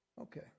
Okay